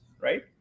right